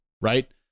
right